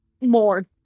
more